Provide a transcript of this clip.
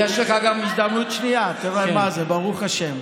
יש לך גם הזדמנות שנייה, תראה מה זה, ברוך השם.